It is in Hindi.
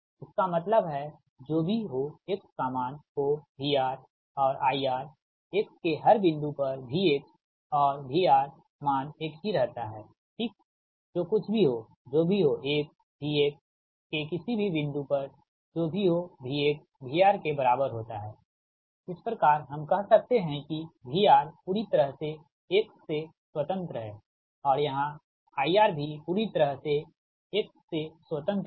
इसका मतलब है जो भी हो x का मान हो VR और IR x के हर बिंदु पर v और VR मान एक ही रहता है ठीकजो कुछ भी हो जो भी हो x V x के किसी भी बिंदु पर जो भी हो V x VR के बराबर होता है इस प्रकार हम कह सकते है कि VR पूरी तरह से x से स्वतंत्र है और यहां IR भी पूरी तरह से x से स्वतंत्र है